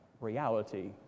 reality